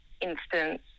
instance